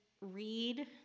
read